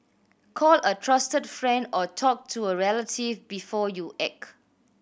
call a trusted friend or talk to a relative before you act